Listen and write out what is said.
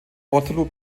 waterloo